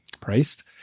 priest